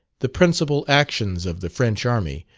the principal actions of the french army,